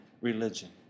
religion